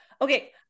okay